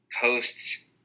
hosts